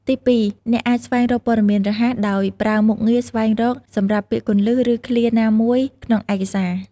ទីពីរ អ្នកអាច ស្វែងរកព័ត៌មានរហ័ស ដោយប្រើមុខងារ ស្វែងរក សម្រាប់ពាក្យគន្លឹះ ឬឃ្លាណាមួយក្នុងឯកសារ។